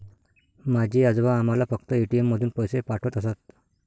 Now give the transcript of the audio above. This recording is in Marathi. माझे आजोबा आम्हाला फक्त ए.टी.एम मधून पैसे पाठवत असत